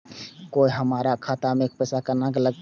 कोय हमरा खाता में पैसा केना लगते?